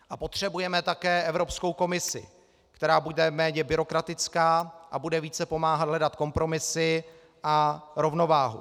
A potřebujeme také Evropskou komisi, která bude méně byrokratická a bude více pomáhat hledat kompromisy a rovnováhu.